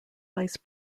vice